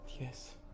yes